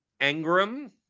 Engram